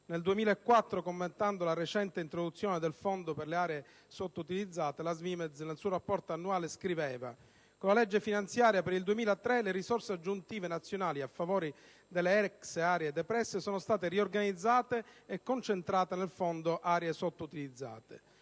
Nel 2004, commentando la recente introduzione del Fondo per le aree sotto-utilizzate, la SVIMEZ, nel suo rapporto annuale, scriveva: «Con la legge finanziaria per il 2003 le risorse aggiuntive nazionali a favore delle ex aree depresse sono state riorganizzate e concentrate nel Fondo aree sottoutilizzate.